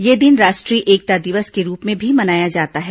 ये दिन राष्ट्रीय एकता दिवस के रूप में भी मनाया जाता है